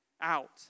out